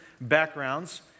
backgrounds